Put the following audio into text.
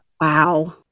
Wow